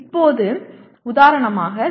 இப்போது உதாரணமாக 0